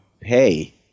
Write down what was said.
pay